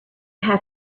have